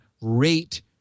rate